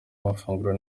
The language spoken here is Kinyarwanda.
amafunguro